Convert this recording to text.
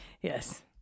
Yes